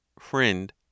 Friend